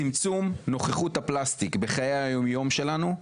צמצום נוכחות הפלסטיק בחיי היום-יום שלנו,